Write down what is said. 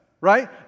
right